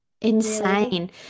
insane